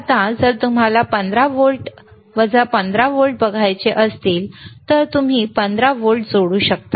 आता जर तुम्हाला 15 व्होल्ट वजा 15 व्होल्ट बघायचे असतील तर तुम्ही 15 व्होल्ट जोडू शकता